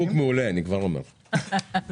אני כבר אומר שאתה איש שיווק מעולה.